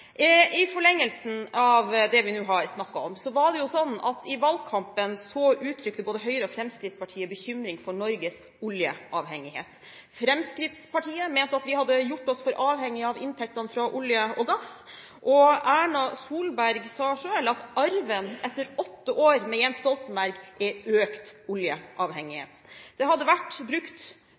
I forlengelsen av det vi nå har snakket om, uttrykte både Høyre og Fremskrittspartiet i valgkampen bekymring for Norges oljeavhengighet. Fremskrittspartiet mente at vi hadde gjort oss for avhengige av inntektene fra olje og gass, og Erna Solberg sa selv at arven etter åtte år med Jens Stoltenberg er økt oljeavhengighet. Det hadde blitt brukt